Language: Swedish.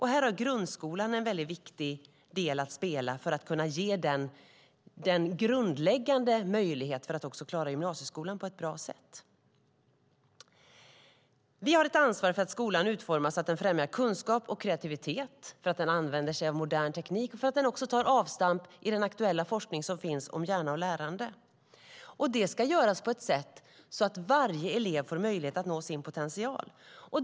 Här har grundskolan en viktig roll att spela för att kunna ge den grundläggande möjligheten att klara gymnasieskolan på ett bra sätt. Vi har ett ansvar för att skolan utformas så att den främjar kunskap och kreativitet, för att den använder sig av modern teknik och för att den tar avstamp i den aktuella forskning som finns om hjärna och lärande. Det ska göras på ett sätt så att varje elev får möjlighet att nå sin potential.